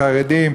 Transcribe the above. חרדים,